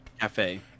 Cafe